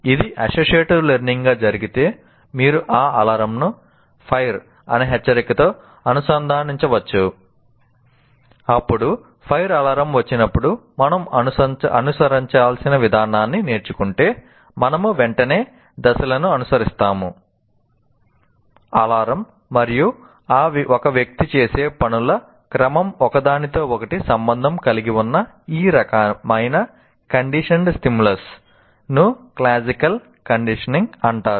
ఇది associative learning అంటారు